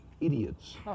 idiots